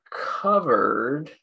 covered